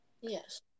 Yes